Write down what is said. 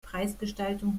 preisgestaltung